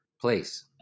place